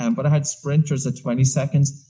and but i had sprinters at twenty seconds.